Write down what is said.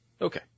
Okay